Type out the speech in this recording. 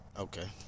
Okay